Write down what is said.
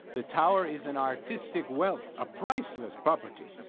the tower is an artistic wealth, a priceless property.